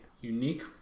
unique